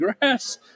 grass